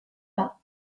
bas